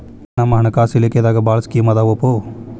ನಮ್ ಹಣಕಾಸ ಇಲಾಖೆದಾಗ ಭಾಳ್ ಸ್ಕೇಮ್ ಆದಾವೊಪಾ